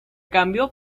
cambió